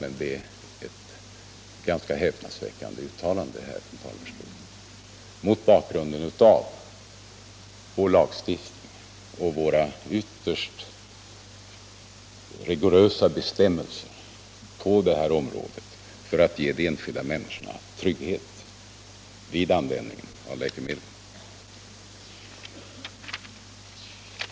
Men det är ett ganska häpnadsväckande uttalande från den här talarstolen mot bakgrunden av vår lagstiftning och de ytterst rigorösa bestämmelser vi har på detta område för att ge de enskilda människorna trygghet vid användningen av läkemedel.